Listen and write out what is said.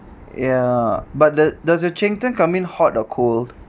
ya but does the does the cheng tng come in hot or cold